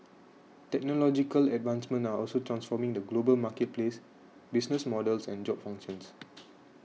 technological advancements are also transforming the global marketplace business models and job functions